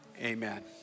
Amen